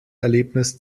erlebnis